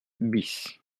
bis